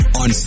on